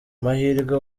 mahirwe